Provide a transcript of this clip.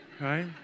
right